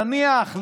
נניח,